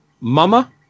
mama